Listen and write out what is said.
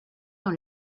dans